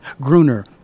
Gruner